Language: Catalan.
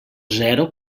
zero